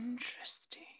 Interesting